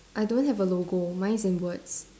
I don't have a logo mine is in words